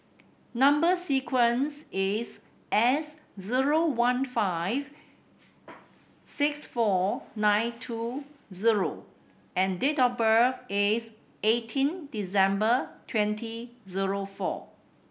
number sequence is S zero one five six four nine two zero and date of birth is eighteen December twenty zero four